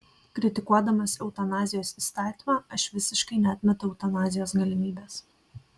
kritikuodamas eutanazijos įstatymą aš visiškai neatmetu eutanazijos galimybės